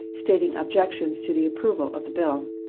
stating objections to the approval of the bill.